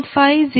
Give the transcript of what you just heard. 2084 0